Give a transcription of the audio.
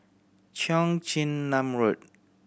Cheong Chin Nam Road